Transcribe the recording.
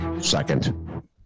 second